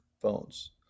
phones